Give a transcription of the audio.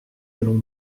allons